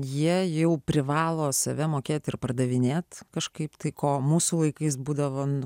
jie jau privalo save mokėti ir pardavinėt kažkaip tai ko mūsų laikais būdavo